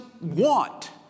want